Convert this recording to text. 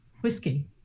whiskey